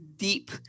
Deep